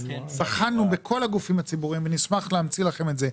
בחנו בכל הגופים הציבוריים ונשמח להמציא לכם את זה,